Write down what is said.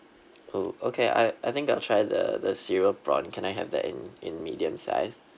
oh okay I I think I'll try the the cereal prawn can I have that in in medium size